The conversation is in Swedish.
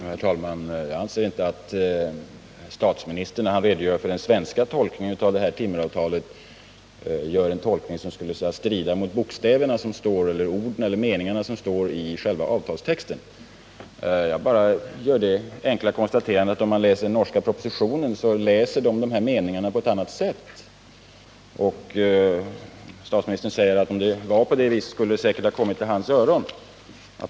Herr talman! Jag anser inte att statsministern, när han redogör för den svenska tolkningen av timmeravtalet, gör en tolkning som strider mot de ord och meningar som står i själva avtalstexten. Jag gör bara det enkla konstaterandet att man kan se i den norska propositionen att den norska regeringen läser de här meningarna på ett annat sätt. Statsministern säger att om de gjort någon annan tolkning skulle det säkert ha nått hans öron.